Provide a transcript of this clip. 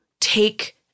take